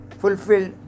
fulfilled